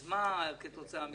אז מה כתוצאה מזה?